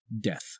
death